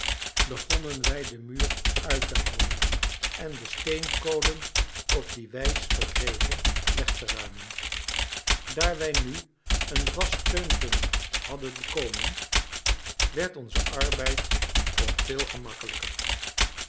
begonnen wij den muur uit te houwen en de steenkolen op die wijs verkregen weg te ruimen daar wij nu een vast steunpunt hadden bekomen werd onze arbeid ook veel gemakkelijker